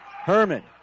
Herman